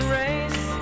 race